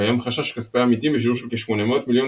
וקיים חשש כי כספי עמיתים בשיעור של כ-800 מיליון